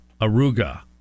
Aruga